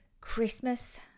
Christmas